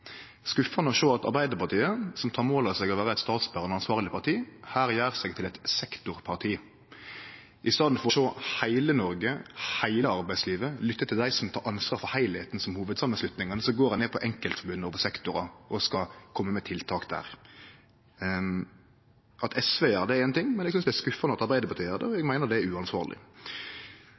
sjå at Arbeidarpartiet – som tek mål av seg til å vere eit statsberande, ansvarleg parti – her gjer seg til eit sektorparti. I staden for å sjå heile Noreg, heile arbeidslivet, og lytte til hovudsamanslutningane, som tek ansvar for heilskapen, går ein ned på enkeltforbund og på sektorar og skal kome med tiltak der. At SV gjer det, er éin ting, men eg synest det er skuffande at Arbeidarpartiet gjer det, og eg meiner det er uansvarleg.